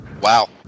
wow